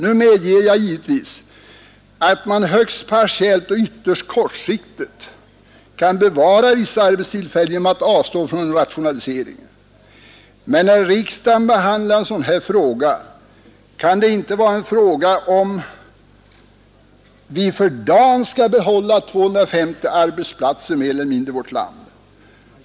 Jag medger givetvis att man högst partiellt och ytterst kortsiktigt kan bevara vissa arbetstillfällen genom att avstå från rationaliseringen, men när riksdagen behandlar en fråga som denna, kan det inte vara en fråga om att vi för dagen skall bibehålla 250 arbetsplatser mer eller mindre i vårt land.